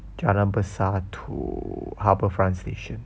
jalan besar to harbourfront station